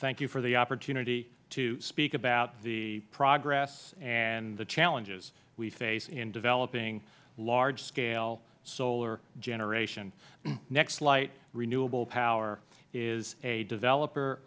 thank you for the opportunity to speak about the progress and the challenges we face in developing large scale solar generation nextlight renewable power is a developer